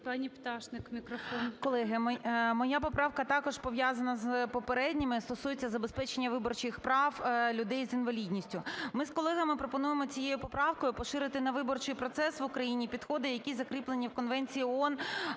моя поправка також пов'язана з попередніми і стосується забезпечення виборчих прав людей з інвалідністю. Ми з колегами пропонуємо цією поправкою поширити на виборчий процес в Україні підходи, які закріплені в Конвенції ООН